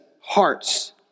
hearts